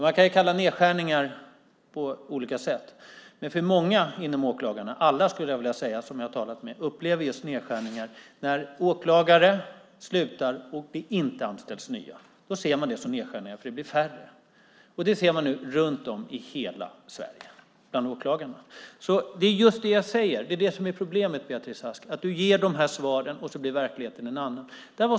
Man kan kalla nedskärningar på olika sätt, men många bland åklagarna - alla som jag har talat med - upplever det som nedskärningar när åklagare slutar och det inte anställs nya. Då ser man det som nedskärningar, för det blir färre åklagare. Detta ser man nu runt om i hela Sverige. Problemet, Beatrice Ask, är att du ger dessa svar, och så blir verkligheten en annan.